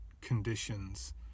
conditions